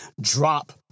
drop